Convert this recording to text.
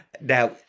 now